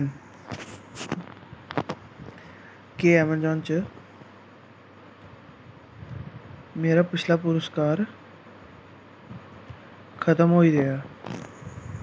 क्या अमेजान च मेरा पिछला पुरस्कार खत्म होई गेआ